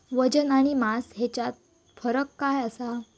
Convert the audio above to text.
वजन आणि मास हेच्यात फरक काय आसा?